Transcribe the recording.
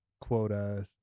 quota